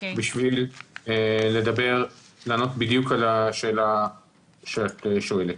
בשביל לענות בדיוק על השאלה שאת שואלת.